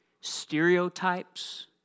stereotypes